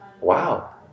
wow